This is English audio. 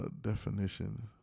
Definition